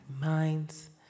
minds